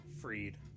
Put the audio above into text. freed